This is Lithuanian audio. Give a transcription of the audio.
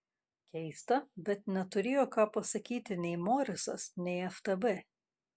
keista bet neturėjo ką pasakyti nei morisas nei ftb